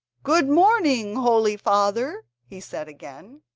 good morning, holy father he said again,